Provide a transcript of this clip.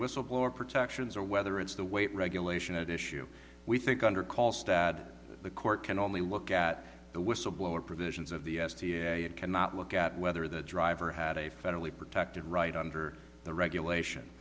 whistleblower protections or whether it's the way regulation at issue we think under call stad the court can only look at the whistleblower provisions of the s t a and cannot look at whether the driver had a federally protected right under the regulation